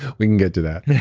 we can get to that